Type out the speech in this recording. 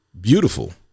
Beautiful